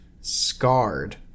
scarred